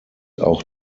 auch